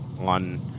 on